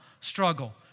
struggle